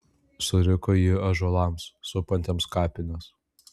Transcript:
suriko ji ąžuolams supantiems kapines